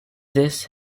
this